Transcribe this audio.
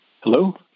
Hello